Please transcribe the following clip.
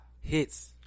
hits